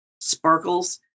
sparkles